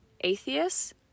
Atheist